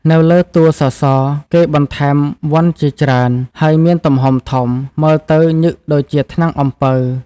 នៅលើតួសសរ គេបន្ថែមវ័ណ្ឌច្រើន ហើយមានទំហំធំ មើលទៅញឹកដូចជាថ្នាំងអំពៅ។